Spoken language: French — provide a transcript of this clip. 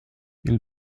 elle